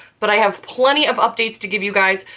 but i have plenty of updates to give you guys,